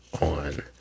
on